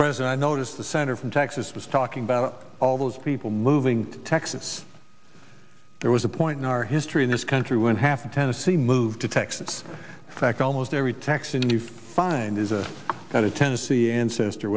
president noticed the center from texas was talking about all those people moving to texas there was a point in our history in this country when half of tennessee moved to texas back almost every texan you find is that a tennessee ancestor